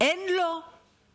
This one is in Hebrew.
אין לו מים.